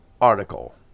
article